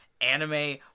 anime